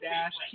Dash